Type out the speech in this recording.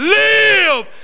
live